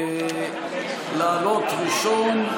לעלות ראשון,